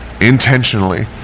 intentionally